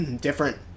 different